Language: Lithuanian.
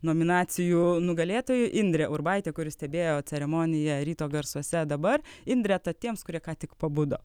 nominacijų nugalėtojai indrė urbaitė kuri stebėjo ceremoniją ryto garsuose dabar indre tad tiems kurie ką tik pabudo